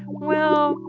well,